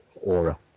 aura